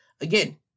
again